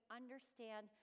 understand